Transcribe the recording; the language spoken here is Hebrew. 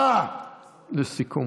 והעדפה, לסיכום.